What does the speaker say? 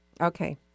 Okay